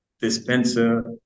Dispenser